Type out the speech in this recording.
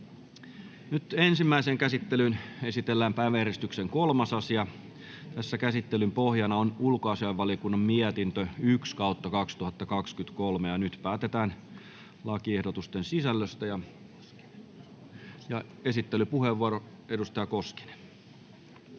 === Ensimmäiseen käsittelyyn esitellään päiväjärjestyksen 3. asia. Käsittelyn pohjana on ulkoasiainvaliokunnan mietintö UaVM 1/2023 vp. Nyt päätetään lakiehdotusten sisällöstä. — Esittelypuheenvuoro, edustaja Koskinen.